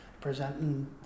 presenting